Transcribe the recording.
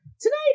Tonight